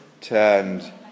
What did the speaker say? Turned